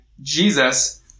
Jesus